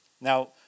Now